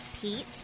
Pete